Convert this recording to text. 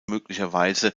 möglicherweise